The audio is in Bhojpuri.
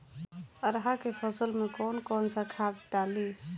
अरहा के फसल में कौन कौनसा खाद डाली?